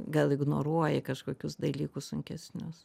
gal ignoruoji kažkokius dalykus sunkesnius